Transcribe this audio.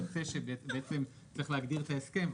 אז יוצא שבעצם צריך להגדיר את ההסכם,